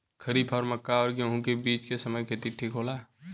खरीफ और मक्का और गेंहू के बीच के समय खेती ठीक होला?